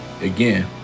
again